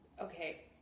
Okay